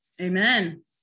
Amen